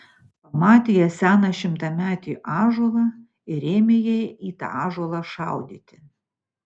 pamatė jie seną šimtametį ąžuolą ir ėmė jie į tą ąžuolą šaudyti